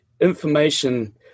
information